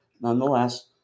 nonetheless